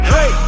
Hey